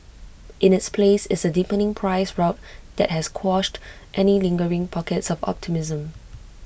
in its place is A deepening price rout that has quashed any lingering pockets of optimism